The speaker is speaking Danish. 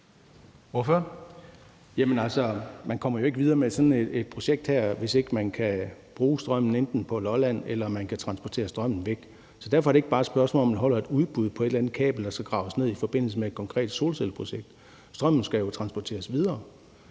(EL): Jamen man kommer jo ikke videre med sådan et projekt her, hvis ikke man enten kan bruge strømmen på Lolland eller transportere strømmen væk. Så derfor er det ikke bare et spørgsmål om, at man holder et udbud på et eller andet kabel, der skal graves ned i forbindelse med et konkret solcelleprojekt. Strømmen skal jo transporteres videre,